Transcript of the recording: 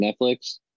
netflix